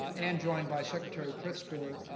ah and joined by secretary pritzker,